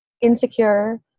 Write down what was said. insecure